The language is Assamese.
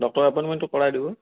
ডক্টৰৰ এপইণ্টমেণ্টটো কৰাই দিব